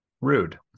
Rude